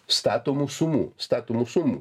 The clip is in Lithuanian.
statomų sumų statomų sumų